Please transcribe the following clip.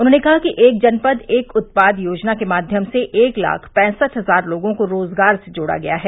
उन्होंने कहा कि एक जनपद एक उत्पाद योजना के माध्यम से एक लाख पैंसठ हजार लोगों को रोजगार से जोड़ा गया है